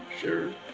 Sure